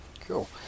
Cool